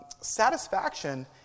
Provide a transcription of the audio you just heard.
satisfaction